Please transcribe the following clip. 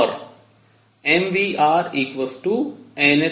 और mvrn2 समीकरण 2